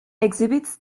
exhibits